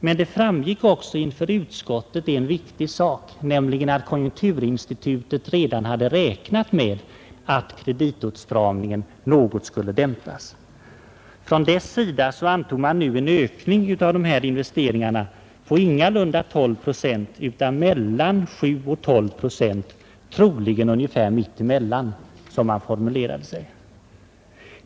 Men det framgick också inför utskottet en viktig sak, nämligen att konjunkturinstitutet redan hade räknat med att kreditåtstramningen något skulle dämpas. Från dess sida antog man nu en ökning av dessa investeringar på ingalunda 12 procent utan mellan 7 och 12 procent, troligen ungefär mitt emellan, som man formulerade sig.